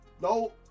No